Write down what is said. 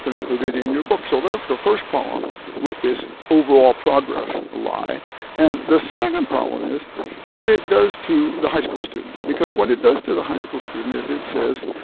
going to include it in your book. so that's the first problem with this overall-progress lie and the second problem is what it does to the high school student because what it does to the high school student is it says,